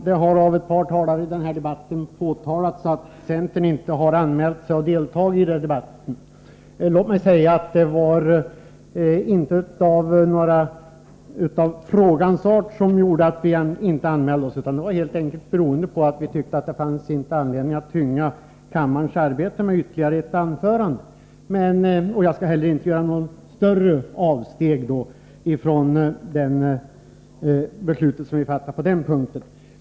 Herr talman! Ett par talare har påtalat att centern inte anmält sig för deltagande i den här debatten. Det var inte frågans art som gjorde att vi inte anmälde oss, utan det var helt enkelt beroende på att vi tyckte att det inte fanns anledning att tynga kammarens arbete med ytterligare ett anförande. Jag skall inte heller göra något större avsteg från det beslut vi fattat på den punkten.